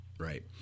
right